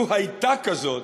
לו הייתה כזאת,